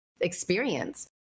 experience